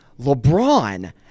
LeBron